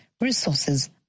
resources